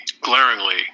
glaringly